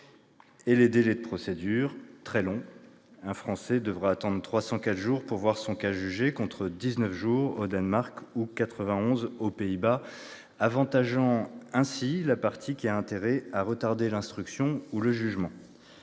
aux délais de procédure, ils sont très longs : un Français devra attendre 304 jours pour voir son cas jugé, contre 19 jours au Danemark ou 91 aux Pays-Bas, avantageant ainsi la partie qui a intérêt à retarder l'instruction ou le jugement.